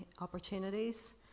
opportunities